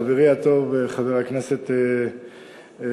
חברי הטוב, חבר הכנסת הרצוג.